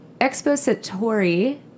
expository